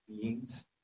beings